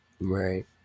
Right